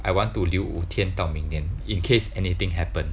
I want to 留五天到明年 in case anything happen